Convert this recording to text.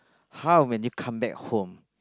how when you come back home